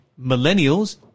Millennials